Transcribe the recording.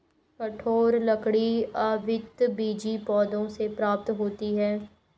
कठोर लकड़ी आवृतबीजी पौधों से प्राप्त होते हैं